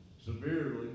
severely